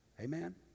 Amen